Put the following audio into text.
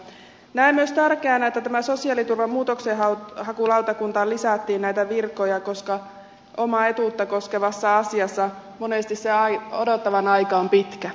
näen myös tärkeänä että sosiaaliturvan muutoksenhakulautakuntaan lisättiin näitä virkoja koska omaa etuutta koskevassa asiassa monesti se odottavan aika on pitkä